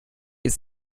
ist